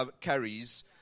carries